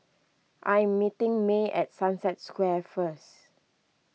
I am meeting May at Sunset Square first